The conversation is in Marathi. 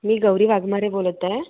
मी गौरी वाघमारे बोलत आहे